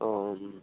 अ